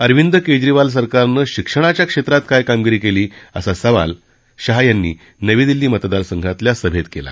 अरविंद केजरीवाल सरकारनं शिक्षणाच्या क्षेत्रात काय कामगिरी केली असा सवाल शहा यांनी नवी दिल्ली मतदारसंघातल्या सभेत केला